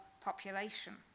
population